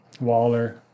Waller